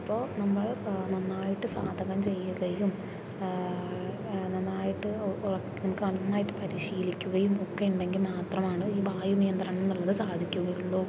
അപ്പോൾ നമ്മൾ നന്നായിട്ട് സാധകം ചെയ്യുകയും നന്നായിട്ട് നമുക്ക് നന്നായിട്ട് പരിശീലിക്കുകയും ഒക്കെയുണ്ടെങ്കിൽ മാത്രമാണ് ഈ വായുനിയന്ത്രണമെന്നുള്ളത് സാധിക്കുകയുള്ളൂ